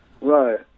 right